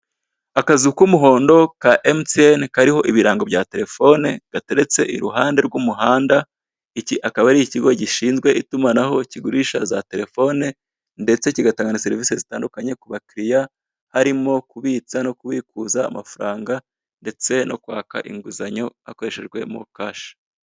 Akazu k'umuhondo ka mtn kariho ibirango bya telefone gateretse iruhande rw'umuhanda. iki akaba ari ikigo gishinzwe itumanaho kigurisha za telefone, ndetse kigatanga serivise zitandukanye ku abakiriya harimo; kubitsa no kubikuza amafaranga ndetse no kwaka inguzanyo akoreshejwe mo cashi.